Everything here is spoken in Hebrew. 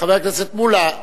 חבר הכנסת שלמה מולה,